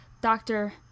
doctor